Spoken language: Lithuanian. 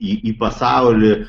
į į pasaulį